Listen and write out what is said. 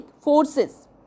forces